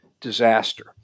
disaster